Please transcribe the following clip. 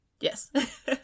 Yes